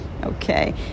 okay